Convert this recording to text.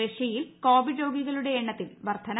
റഷ്യയിൽ കോവിഡ് രോഗികളുടെ എണ്ണത്തിൽ വർധന